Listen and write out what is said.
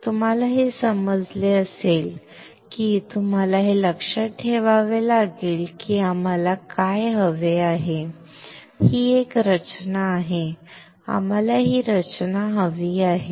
तुम्हाला हे समजले आहे की तुम्हाला हे लक्षात ठेवावे लागेल की आम्हाला काय हवे आहे ही रचना आहे आम्हाला ही रचना हवी आहे